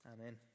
Amen